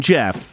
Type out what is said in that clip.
Jeff